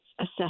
assess